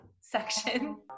section